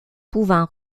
pouvant